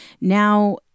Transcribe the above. now